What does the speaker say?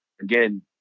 Again